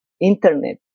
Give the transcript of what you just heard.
internet